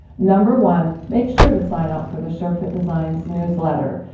number one, make sure to sign up for the sure-fit designs newsletter.